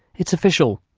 it's official.